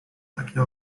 takie